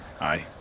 Aye